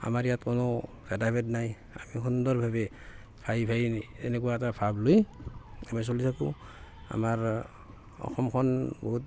আমাৰ ইয়াত কোনো ভেদাভেদ নাই আমি সুন্দৰভাৱে ভাই ভাই এনেকুৱা এটা ভাব লৈ আমি চলি থাকো আমাৰ অসমখন বহুত